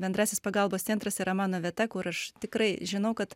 bendrasis pagalbos centras yra mano vieta kur aš tikrai žinau kad